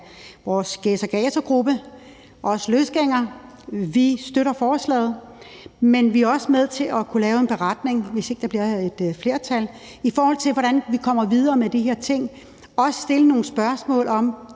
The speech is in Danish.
vores gæs og gaser-gruppe, vi løsgængere; vi støtter forslaget – men vi er også med på at kunne lave en beretning, hvis ikke der bliver et flertal, i forhold til hvordan vi kommer videre med de her ting, og også stille nogle spørgsmål om,